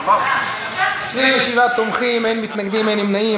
27 תומכים, אין מתנגדים, אין נמנעים.